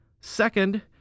Second